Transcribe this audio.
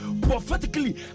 Prophetically